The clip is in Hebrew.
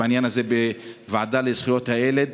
בעניין הזה בוועדה לזכויות הילד.